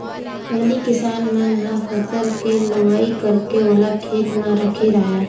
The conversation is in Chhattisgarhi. पहिली किसान मन ह फसल के लुवई करके ओला खेते म राखे राहय